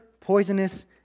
poisonous